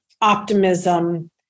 optimism